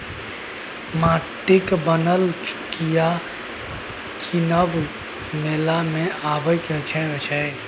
माटिक बनल चुकिया कीनब मेला मे बौआ सभक पहिल पसंद होइ छै